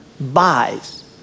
buys